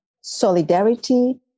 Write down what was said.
solidarity